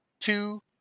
Two